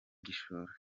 gishoro